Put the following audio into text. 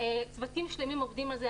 צוותים שלמים עובדים על זה,